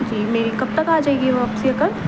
جی میری کب تک آ جائے گی واپسی رقم